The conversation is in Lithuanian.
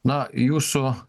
na jūsų